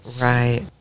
Right